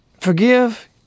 Forgive